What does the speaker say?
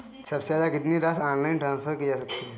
सबसे ज़्यादा कितनी राशि ऑनलाइन ट्रांसफर की जा सकती है?